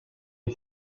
est